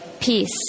peace